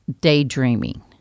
daydreaming